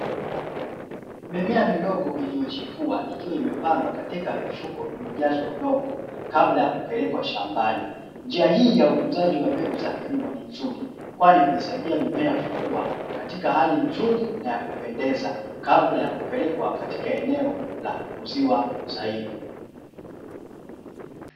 Mimea midogo iliyochipua ikiwa imepandwa katika mifuko iliyojazwa udongo, kabla ya kupelekwa shambani. Njia hii ya ukuzajj wa mbegu za kilimo ni nzuri, kwani huisaidia mimea kukua katika hali nzuri, na ya kupendeza , kabla ya kupelekwa katika eneo la kukuziwa zaidi.